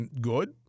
good